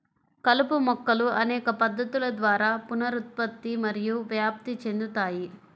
కలుపు మొక్కలు అనేక పద్ధతుల ద్వారా పునరుత్పత్తి మరియు వ్యాప్తి చెందుతాయి